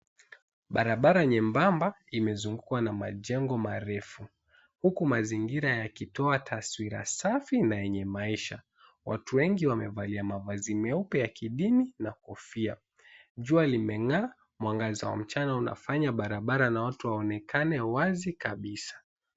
Barabara nyembamba imezungukwa na majengo marefu huku mazingira yakitoa taswira safi na yenye maisha. Watu wengi wamevalia mavazi meupe ya kidini na kofia. Jua limeng'aa mwangaza wa mchana unafanya barabara na watu waonekane wazi kabisa.